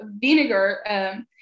vinegar